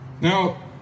now